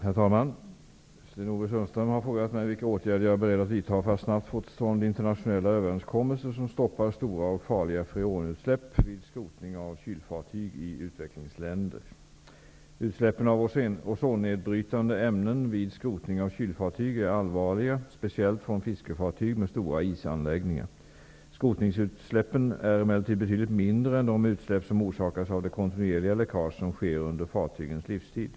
Herr talman! Sten-Ove Sundström har frågat mig vilka åtgärder jag är beredd att vidta för att snabbt få till stånd internationella överenskommelser som stoppar stora och farliga freonutsläpp vid skrotning av kylfartyg i utvecklingsländer. Utsläppen av ozonnedbrytande ämnen vid skrotning av kylfartyg är allvarliga, speciellt från fiskefartyg med stora isanläggningar. Skrotningsutsläppen är emellertid betydligt mindre än de utsläpp som orsakas av det kontinuerliga läckage som sker under fartygens livstid.